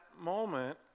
moment